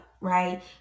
right